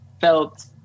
felt